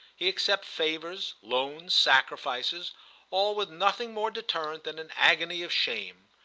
he accepts favours, loans, sacrifices all with nothing more deterrent than an agony of shame.